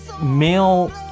male